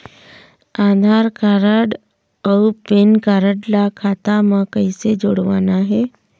आधार card अऊ PAN card ला खाता म कइसे जोड़वाना हे?